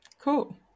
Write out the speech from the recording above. Cool